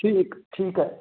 ਠੀਕ ਠੀਕ ਹੈ